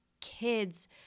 kids